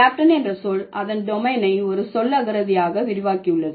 captain என்ற சொல் அதன் டொமைனை ஒரு சொல்லகராதியாக விரிவாக்கியுள்ளது